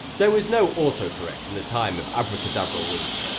there was no autocorrect in the time of abracadabra lincoln,